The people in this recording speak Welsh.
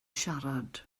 siarad